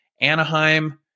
Anaheim